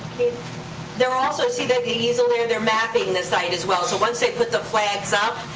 there are also. see the easel there? they're mapping the site as well. so once they put the flags up,